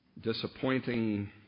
disappointing